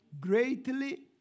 greatly